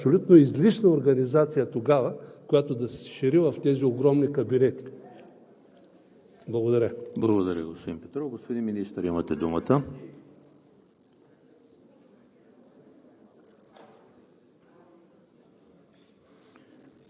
с огромни средства – абсолютно излишни, за абсолютно излишна организация тогава, която да се шири в тези огромни кабинети. Благодаря. ПРЕДСЕДАТЕЛ ЕМИЛ ХРИСТОВ: Благодаря, господин Петров. Господин Министър, имате думата.